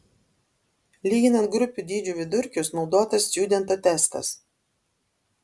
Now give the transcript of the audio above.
lyginant grupių dydžių vidurkius naudotas stjudento testas